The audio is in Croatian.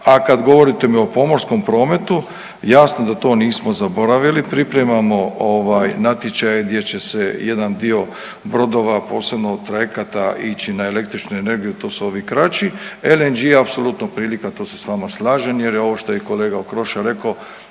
a kad govorite mi o pomorskom prometu jasno da to nismo zaboravili. Pripremamo natječaje gdje će se jedan dio bodova, posebno trajekata ići na električnu energiju, to su ovi kraći. LNG je apsolutno prilika to se s vama slažem jer je ovo što je i kolega Okroša rekao